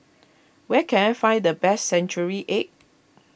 where can I find the best Century Egg